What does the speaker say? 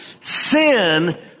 Sin